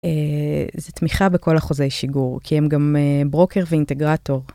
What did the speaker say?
זה תמיכה בכל אחוזי שיגור, כי הם גם ברוקר ואינטגרטור.